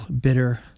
bitter